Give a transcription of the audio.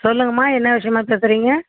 சொல்லுங்கம்மா என்ன விஷயமாக பேசுகிறீங்க